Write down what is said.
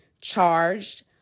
charged